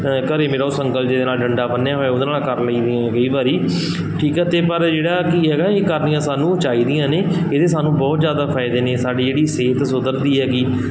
ਘਰ ਮੇਰਾ ਉਹ ਸੰਗਲ ਜਿਹੇ ਦੇ ਨਾਲ ਡੰਡਾ ਬੰਨਿਆ ਹੋਇਆ ਉਹਦੇ ਨਾਲ ਕਰ ਲਈਦੀ ਕਈ ਵਾਰੀ ਠੀਕ ਆ ਅਤੇ ਪਰ ਜਿਹੜਾ ਕੀ ਹੈਗਾ ਇਹ ਕਰਨੀਆਂ ਸਾਨੂੰ ਚਾਹੀਦੀਆਂ ਨੇ ਇਹਦੇ ਸਾਨੂੰ ਬਹੁਤ ਜ਼ਿਆਦਾ ਫਾਇਦੇ ਨੇ ਸਾਡੀ ਜਿਹੜੀ ਸਿਹਤ ਸੁਧਰਦੀ ਹੈਗੀ